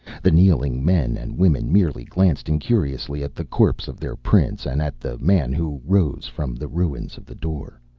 the kneeling men and women merely glanced incuriously at the corpse of their prince and at the man who rose from the ruins of the door,